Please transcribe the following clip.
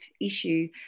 issue